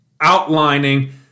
outlining